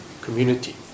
community